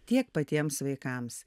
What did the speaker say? tiek patiems vaikams